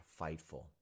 Fightful